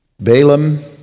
Balaam